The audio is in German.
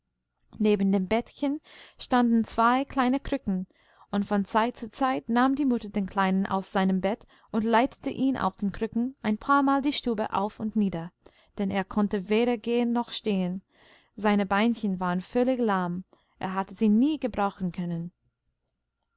neben dem bettchen standen zwei kleine krücken und von zeit zu zeit nahm die mutter den kleinen aus seinem bett und leitete ihn auf den krücken ein paarmal die stube auf und nieder denn er konnte weder gehen noch stehen seine beinchen waren völlig lahm er hatte sie nie gebrauchen können